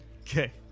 Okay